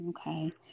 Okay